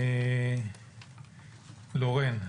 לורן,